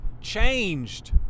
changed